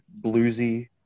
bluesy